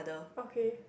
okay